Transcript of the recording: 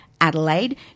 Adelaide